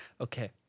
Okay